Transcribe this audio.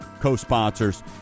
co-sponsors